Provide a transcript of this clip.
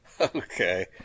Okay